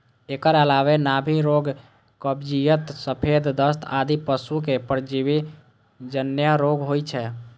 एकर अलावे नाभि रोग, कब्जियत, सफेद दस्त आदि पशुक परजीवी जन्य रोग होइ छै